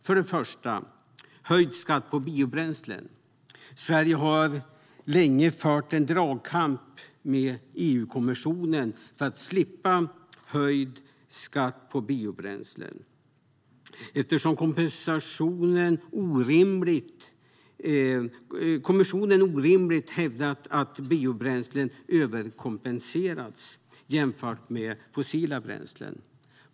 Först och främst har skatten höjts på biobränslen. Sverige har länge fört en dragkamp med EU-kommissionen för att slippa höjd skatt på biobränslen, eftersom kommissionen orimligt hävdat att biobränslen överkompenserats jämfört med fossila bränslen.